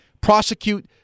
Prosecute